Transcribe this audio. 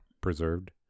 preserved